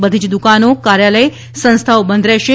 બધી જ દુકાનો કાર્યાલય સંસ્થાઓ બંધ રહેશે